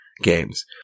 Games